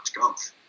golf